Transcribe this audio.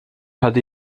hade